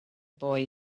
boy